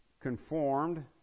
conformed